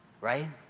right